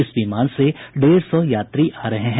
इस विमान से डेढ़ सौ यात्री आ रहे हैं